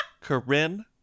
Corinne